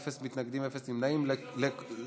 תקנות סמכויות מיוחדות להתמודדות עם נגיף הקורונה החדש